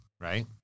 Right